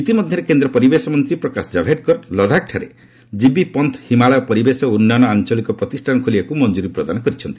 ଇତିମଧ୍ୟରେ କେନ୍ଦ୍ର ପରିବେଶ ମନ୍ତ୍ରୀ ପ୍ରକାଶ ଜାଭ୍ଡେକର ଲଦାଖ୍ଠାରେ ଜିବି ପନ୍ଥ ହିମାଳୟ ପରିବେଶ ଓ ଉନ୍ନୟନ ଆଞ୍ଚଳିକ ପ୍ରତିଷ୍ଠାନ ଖୋଲିବାକୁ ମଞ୍ଜୁରି ପ୍ରଦାନ କରିଛନ୍ତି